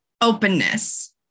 openness